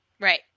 Right